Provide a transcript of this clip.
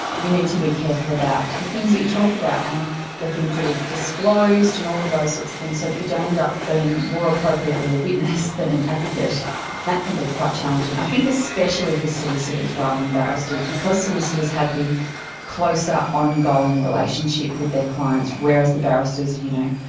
you need to be careful about the things that you talk about and the things that are disclosed and all those sorts of things so that you don't end up being more appropriately a witness than an advocate. and that can be quite challenging, i think especially for solicitors rather than barristers. because solicitors have the closer ongoing relationship with their clients, whereas the barristers are, you know,